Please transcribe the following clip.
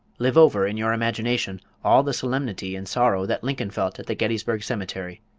live over in your imagination all the solemnity and sorrow that lincoln felt at the gettysburg cemetery.